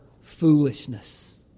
foolishness